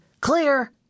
Clear